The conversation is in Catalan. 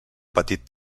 petit